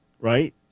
right